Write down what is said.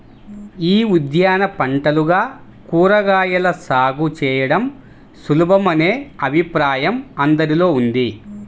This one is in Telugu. యీ ఉద్యాన పంటలుగా కూరగాయల సాగు చేయడం సులభమనే అభిప్రాయం అందరిలో ఉంది